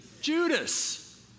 Judas